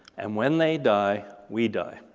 and when they die, we die.